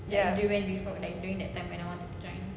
ya